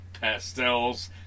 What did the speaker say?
pastels